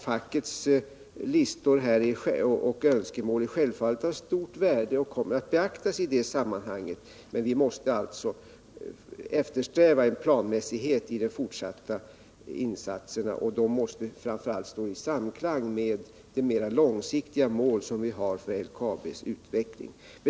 Fackets listor och önskemål är självfallet av stort värde och kommer att beaktas i det sammanhanget, men vi måste alltså eftersträva en planmässighet i de fortsatta insatserna som står i samklang med de mer långsiktiga mål som vi har för LKAB:s utveckling.